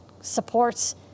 supports